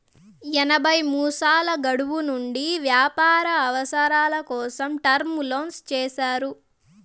ఎనభై మాసాల గడువు నుండి వ్యాపార అవసరాల కోసం టర్మ్ లోన్లు చేసినారు